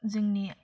जोंनि